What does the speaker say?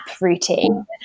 routine